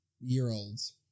Year-olds